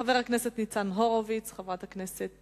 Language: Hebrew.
חבר הכנסת ניצן הורוביץ, לא נמצא, חברת הכנסת